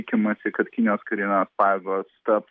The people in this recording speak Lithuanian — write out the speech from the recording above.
tikimasi kad kinijos karinės pajėgos taps